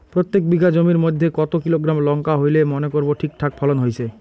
প্রত্যেক বিঘা জমির মইধ্যে কতো কিলোগ্রাম লঙ্কা হইলে মনে করব ঠিকঠাক ফলন হইছে?